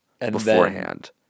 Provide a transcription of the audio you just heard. beforehand